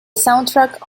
soundtrack